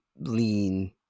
lean